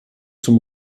zum